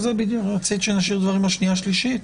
רצית שנשאיר דברים לקריאה השנייה והשלישית?